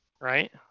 Right